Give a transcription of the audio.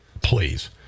please